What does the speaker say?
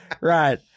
right